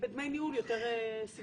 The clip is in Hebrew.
ובדמי ניהול יותר סבירים?